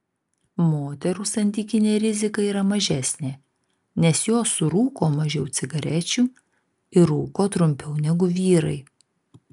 moterų santykinė rizika yra mažesnė nes jos surūko mažiau cigarečių ir rūko trumpiau negu vyrai